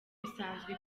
bisanzwe